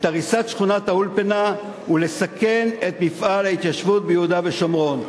הריסת שכונת-האולפנה ולסכן את מפעל ההתיישבות ביהודה ושומרון.